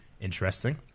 interesting